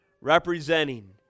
representing